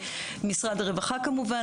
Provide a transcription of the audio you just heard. משרד הרווחה כמובן,